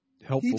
helpful